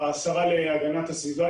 השרה להגנת הסביבה,